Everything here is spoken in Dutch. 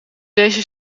deze